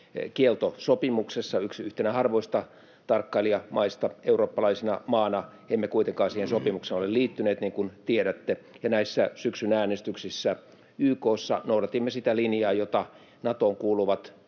ydinasekieltosopimuksessa, yhtenä harvoista tarkkailijamaista. Eurooppalaisena maana emme kuitenkaan siihen sopimukseen ole liittyneet, niin kuin tiedätte, ja näissä syksyn äänestyksissä YK:ssa noudatimme sitä linjaa, jota Natoon kuuluvat